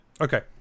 Okay